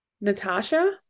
Natasha